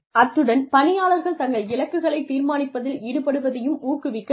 அத்துடன் பணியாளர்கள் தங்கள் இலக்குகளைத் தீர்மானிப்பதில் ஈடுபடுவதையும் ஊக்குவிக்க வேண்டும்